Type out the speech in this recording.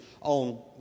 on